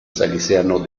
salesiano